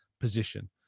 position